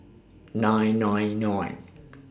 nine nine nine